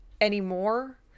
anymore